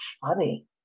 funny